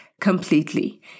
completely